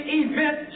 event